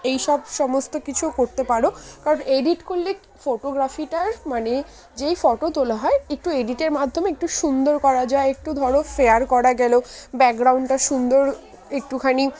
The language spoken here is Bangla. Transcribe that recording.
এইসব সমস্ত কিছু করতে পার কারণ এডিট করলে ফটোগ্রাফিটার মানে যেই ফটো তোলা হয় একটু এডিটের মাধ্যমে একটু সুন্দর করা যায় একটু ধরো ফেয়ার করা গেল ব্যাকগ্রাউন্ডটা সুন্দর একটুখানি